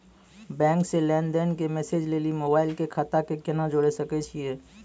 Bank से लेंन देंन के मैसेज लेली मोबाइल के खाता के केना जोड़े सकय छियै?